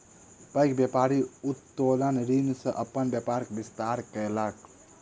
पैघ व्यापारी उत्तोलन ऋण सॅ अपन व्यापारक विस्तार केलक